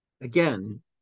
again